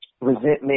resentment